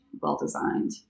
well-designed